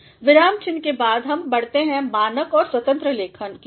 विराम चिह्न के बाद अब हम बढ़ते हैंमानकऔर स्वतंत्र लेखन ओर